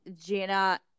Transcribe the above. Gina